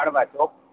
કરવાચોથ